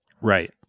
Right